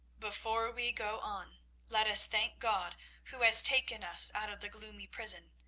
before we go on let us thank god who has taken us out of the gloomy prison,